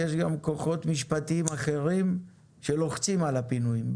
יש גם כוחות משפטיים אחרים שלוחצים על הפינויים,